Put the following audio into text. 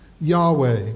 Yahweh